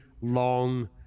long